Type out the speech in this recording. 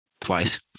twice